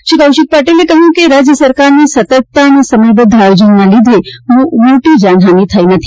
શ્રી કૌશિક પટેલે કહ્યું કે રાજ્ય સરકારની સતર્કતા અને સમયબધ્ધ આયોજનના લીધે કોઇ મોટી જાનીહાની થઇ નથી